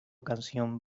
canción